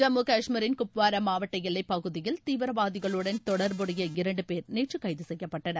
ஜம்மு கஷ்மீரின் குப்வாராமாவட்டஎல்வைப்பகுதியில் தீவிரவாதிகளுடன் தொடர்புடைய இரண்டுபேர் நேற்றுகைதுசெய்யப்பட்டனர்